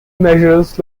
measures